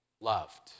Loved